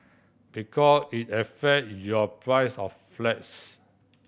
because it affect your price of flats